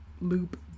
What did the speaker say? loop